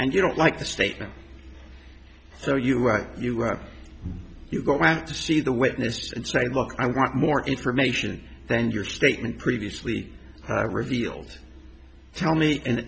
and you don't like the statement so you write you write you go out to see the witness and say look i want more information than your statement previously revealed tell me and